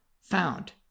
found